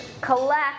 collect